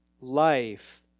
Life